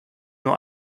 nur